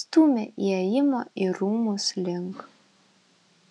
stūmė įėjimo į rūmus link